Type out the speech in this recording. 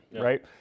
right